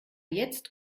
jetzt